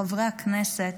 חברי הכנסת,